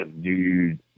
dude